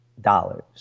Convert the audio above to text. dollars